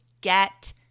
get